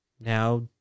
Now